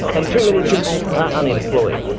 and too many people are unemployed.